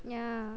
yeah